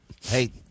Hey